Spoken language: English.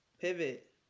pivot